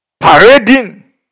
parading